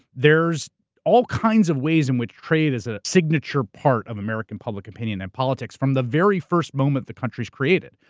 there's all kinds of ways in which trade is a signature part of american public opinion and politics, from the very first moment the country's created.